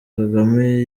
kagame